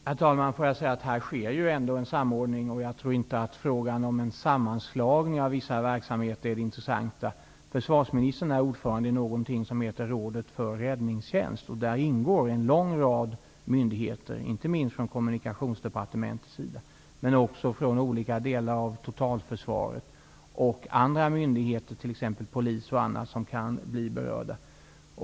Herr talman! Här sker ändå en samordning, och jag tror inte att frågan om en sammanslagning av vissa verksamheter är det intressanta. Försvarsministern är ordförande i något som heter Rådet för räddningstjänst. Där ingår en lång rad myndigheter, inte minst från Kommunikationsdepartementets område, men också från olika delar av totalförsvaret samt andra myndigheter som t.ex. Polis och andra som kan bli berörda.